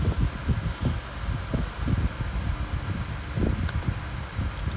ya I mean like இதுல்லாம்:ithullaam river like செம்ம:semma easy job ah இருக்கு:irukku like legit just